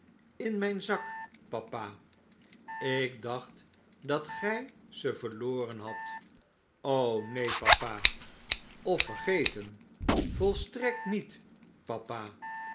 in myn zak papa ik dacht dat gjj ze verloren hadt neen papa of vergeten volstrekt niet papa